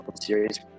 series